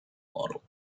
model